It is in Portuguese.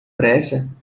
pressa